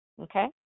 Okay